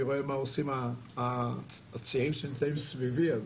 אני רואה מה עושים הצעירים שנמצאים מסביבי,